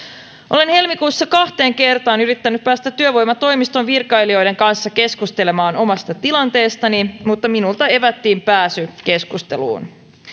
olen helmikuussa kahteen kertaan yrittänyt päästä työvoimatoimiston virkailijoiden kanssa keskustelemaan omasta tilanteestani mutta minulta evättiin pääsy keskusteluun